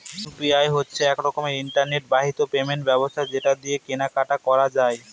UPI হচ্ছে এক রকমের ইন্টারনেট বাহিত পেমেন্ট ব্যবস্থা যেটা দিয়ে কেনা কাটি করা যায়